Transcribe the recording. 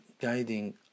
guiding